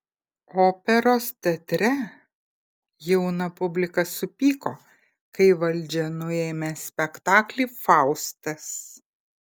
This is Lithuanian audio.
operos teatre jauna publika supyko kai valdžia nuėmė spektaklį faustas